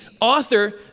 author